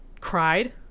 cried